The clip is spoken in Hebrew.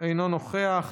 אינו נוכח,